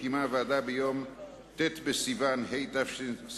קיימה הוועדה ביום ט' בסיוון התשס"ט,